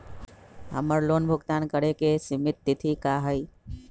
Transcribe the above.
हमर लोन भुगतान करे के सिमित तिथि का हई?